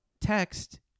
text